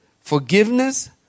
Forgiveness